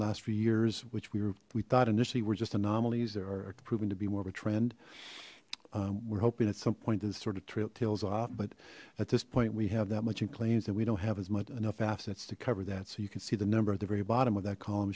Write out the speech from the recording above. last few years which we were we thought initially we're just anomalies there are proving to be more of a trend we're hoping at some point there's sort of trail tails off but at this point we have that much in claims and we don't have as much enough assets to cover that so you can see the number of the very bottom of that column